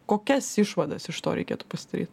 kokias išvadas iš to reikėtų pasidaryt